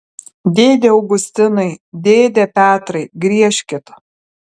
dėde augustinai dėde petrai griežkit